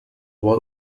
was